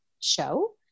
show